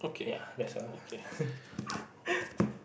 ya that's all